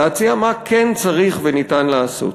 להציע מה כן צריך ואפשר לעשות.